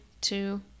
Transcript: two